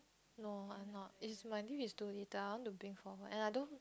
no I'm not is my leave is too little and I want to bring forward and I don't